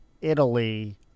Italy